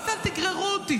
מה זה אל תגררו אותי?